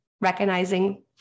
recognizing